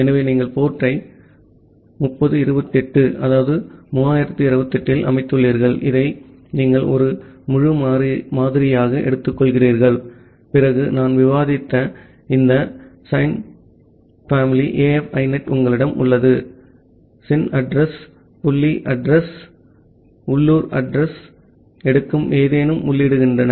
ஆகவே நீங்கள் போர்ட் டை 3028 இல் அமைத்துள்ளீர்கள் அதை நீங்கள் ஒரு முழு மாறியாக எடுத்துக்கொள்கிறீர்கள் பிறகு நான் விவாதித்த இந்த சின் பேமிலி AF INET உங்களிடம் உள்ளது சின் அட்ரஸ் புள்ளி அட்ரஸ் கள் உள்ளூர் அட்ரஸ் யை எடுக்க ஏதேனும் உள்ளிடுகின்றன